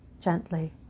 gently